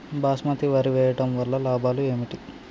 బాస్మతి వరి వేయటం వల్ల లాభాలు ఏమిటి?